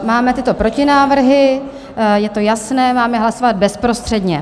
Máme tyto protinávrhy, je to jasné, dám je hlasovat bezprostředně.